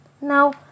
Now